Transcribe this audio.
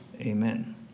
amen